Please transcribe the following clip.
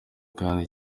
kandi